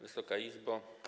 Wysoka Izbo!